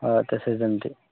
हां तसंही जमते